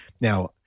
Now